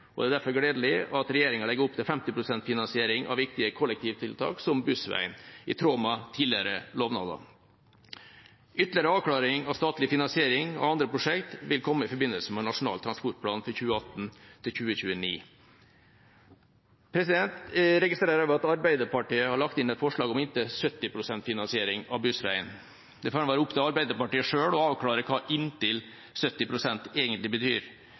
og det er derfor gledelig at regjeringa legger opp til 50 pst. finansiering av viktige kollektivtiltak, som Bussveien, i tråd med tidligere lovnader. Ytterligere avklaring av statlig finansiering av andre prosjekt vil komme i forbindelse med Nasjonal transportplan for 2018–2029. Jeg registrerer også at Arbeiderpartiet har lagt inn et forslag om inntil 70 pst. finansiering av Bussveien. Det får være opp til Arbeiderpartiet selv å avklare hva «inntil 70 pst.» egentlig betyr.